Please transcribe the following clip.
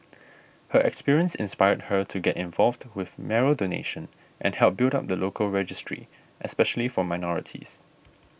her experience inspired her to get involved with marrow donation and help build up the local registry especially for minorities